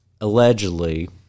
allegedly